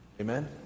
amen